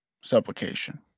Supplication